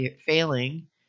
failing